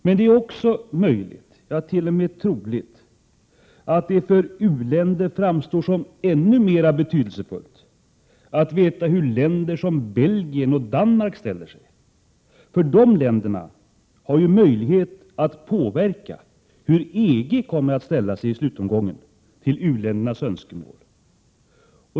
Men det är möjligt, t.o.m. troligt, att det för u-länder framstår som ännu mer betydelsefullt att veta hur länder som Belgien och Danmark ställer sig — de länderna har ju möjlighet att påverka hur EG i slutomgången skall ställa sig till u-ländernas önskemål.